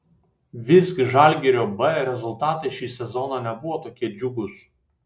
visgi žalgirio b rezultatai šį sezoną nebuvo tokie džiugūs